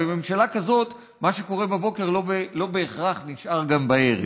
בממשלה כזאת מה שקורה בבוקר לא בהכרח נשאר גם בערב.